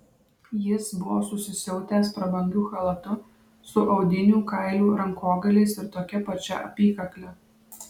jis buvo susisiautęs prabangiu chalatu su audinių kailių rankogaliais ir tokia pačia apykakle